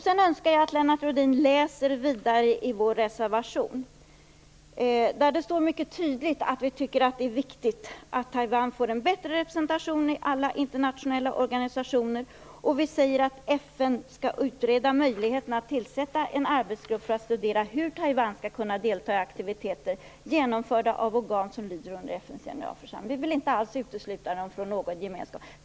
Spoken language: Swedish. Sedan önskar jag att Lennart Rohdin läste vidare i vår reservation. Där står det tydligt att vi tycker att det är viktigt att Taiwan får en bättre representation i alla internationella organisationer. Vi skriver också att FN bör utreda möjligheterna att tillsätta en arbetsgrupp för att studera hur Taiwan skall kunna delta i aktiviteter genomförda av organ som lyder under FN:s generalförsamling. Vi vill inte alls utesluta dem från någon gemenskap.